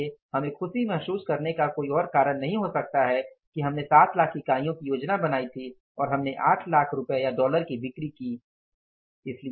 इसलिए हमें खुशी महसूस करने का कोई और कारण नहीं हो सकता कि हमने 7 लाख इकाइयों की योजना बनाई थी और हमने 8 लाख रुपये या डॉलर की बिक्री की या इकाइयों की